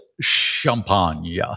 Champagne